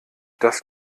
das